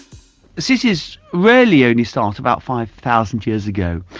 cities really only start about five thousand years ago,